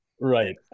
Right